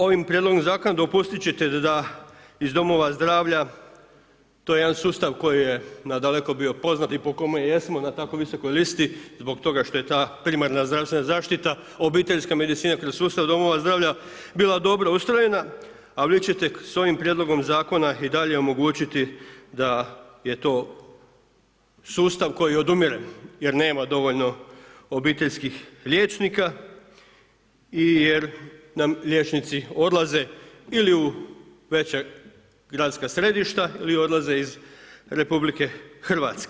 Ovim prijedlogom zakona dopustiti ćete da iz domova zdravlja, to je jedan sustav koji je nadaleko bio poznat i po kome jesmo na tako visokoj listi zbog toga što je ta primarna zdravstvena zaštita obiteljska medicina kroz sustav domova zdravlja bila dobro ustrojena ali vi ćete s ovim prijedlogom zakona i dalje omogućiti da je to sustav koji odumire jer nema dovoljno obiteljskih liječnika i jer nam liječnici odlaze ili u veća gradska središta ili odlaze iz RH.